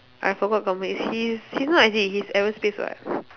I forgot company he's he's not in I_T he's aerospace [what]